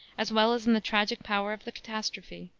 as well as in the tragic power of the catastrophe,